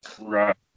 Right